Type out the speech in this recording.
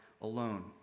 alone